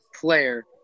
player